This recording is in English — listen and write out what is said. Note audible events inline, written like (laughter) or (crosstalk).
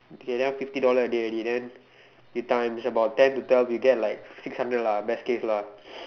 okay that one fifty dollar a day already then you times about ten to twelve you get like six hundred lah best case lah (noise)